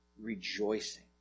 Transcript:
rejoicing